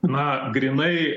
na grynai